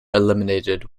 eliminated